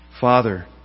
Father